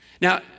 Now